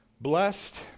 Blessed